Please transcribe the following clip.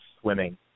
swimming